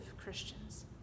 Christians